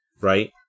right